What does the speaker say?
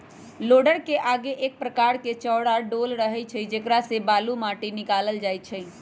लोडरके आगे एक प्रकार के चौरा डोल रहै छइ जेकरा से बालू, माटि निकालल जाइ छइ